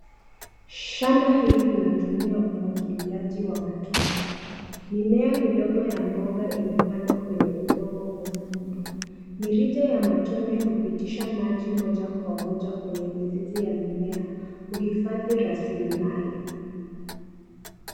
Shamba hili linatumia umwagiliaji wa matone. Mimea midogo ya mboga imepandwa kwenye udongo mwekundu. Mirija ya matone hupitisha maji moja kwa moja kwenye mizizi ya mimea kuhifadhi rasilimali.